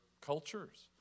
cultures